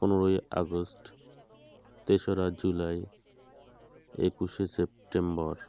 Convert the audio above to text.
পনেরোই আগস্ট তেসরা জুলাই একুশে সেপ্টেম্বর